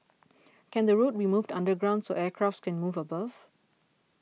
can the road be moved underground so aircraft can move above